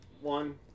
one